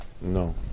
No